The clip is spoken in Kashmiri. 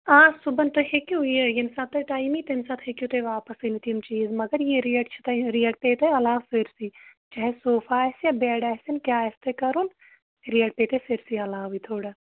آ صُبحن تُہۍ ہیٚکِو یہِ ییٚمہِ ساتہٕ تۄہہِ ٹایم یی تَمہِ ساتہٕ ہیٚکِو تُہۍ واپَس أنِتھ یِم چیٖز مگر یہِ ریٹ چھِ تۄہہِ ریٹ پیٚیہِ تۄہہِ علاوٕ سٲرسٕے چاہے صوفا آسہِ یا بَیٚڈ آسن کیٛاہ آسہِ تۄہہِ کَرُن ریٹ پیٚیہِ تۄہہِ سٲرسٕے علاوٕے تھوڑا